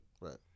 Right